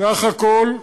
סך הכול,